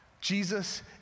Jesus